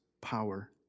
power